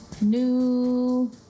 new